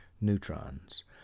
neutrons